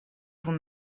vous